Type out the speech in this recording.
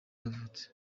yavutse